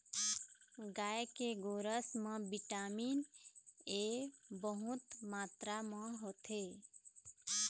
गाय के गोरस म बिटामिन ए बहुत मातरा म होथे